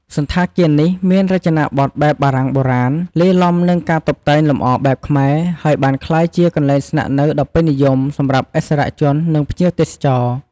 សណ្ឋាគារនេះ មានរចនាបថបែបបារាំងបុរាណ លាយឡំនឹងការតុបតែងលម្អបែបខ្មែរ ហើយបានក្លាយជាកន្លែងស្នាក់នៅដ៏ពេញនិយមសម្រាប់ឥស្សរជន និងភ្ញៀវទេសចរ។